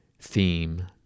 theme